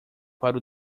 para